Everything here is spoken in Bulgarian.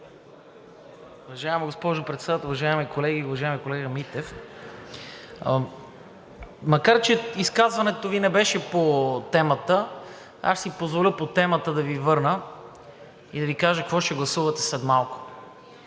Уважаема госпожо Председател, уважаеми колеги! Уважаеми колега Митев, макар че изказването Ви не беше по темата, аз ще си позволя по темата да Ви върна и да Ви кажа какво ще гласувате след малко.